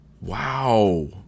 Wow